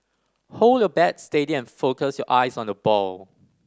hold your bat steady and focus your eyes on the ball